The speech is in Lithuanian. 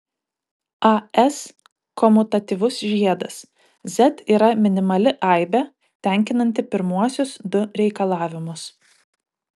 as komutatyvus žiedas z yra minimali aibė tenkinanti pirmuosius du reikalavimus